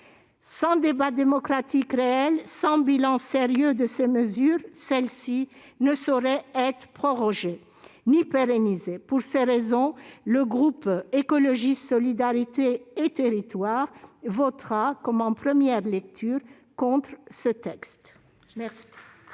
réel débat démocratique ni de bilans sérieux, elles ne sauraient être ni prorogées ni pérennisées. Pour ces raisons, le groupe Écologiste- Solidarité et Territoires votera, comme en première lecture, contre ce texte.